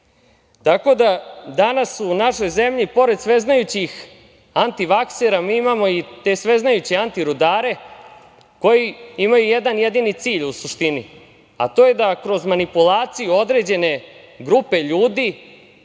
Srbiji. Danas u našoj zemlji pored sveznajućih antivaksera mi imamo i te sveznajuće antirudare koji imaju jedan jedini cilj u suštini, a to je da se kroz manipulaciju određene grupe ljudi